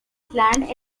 planned